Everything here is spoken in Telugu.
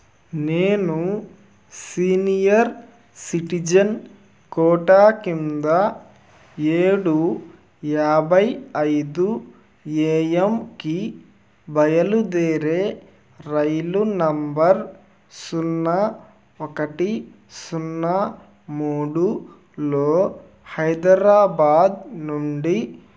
నేను సీనియర్ సిటిజన్ కోటా క్రింద ఏడు యాభై ఐదు ఏఎంకి బయలుదేరే రైలు నంబర్ సున్నా ఒకటి సున్నా మూడులో హైదరాబాదు నుండి